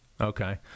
okay